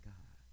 God